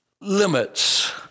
limits